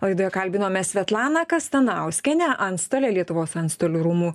laidoje kalbinome svetlaną kastanauskienę antstolę lietuvos antstolių rūmų